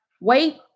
Wait